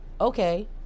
Okay